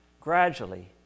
gradually